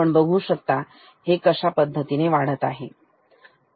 आपण बघू शकता हे अशाप्रकारे वाढत आहेठीक